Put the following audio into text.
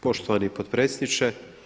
Poštovani potpredsjedniče.